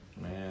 Man